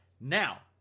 Now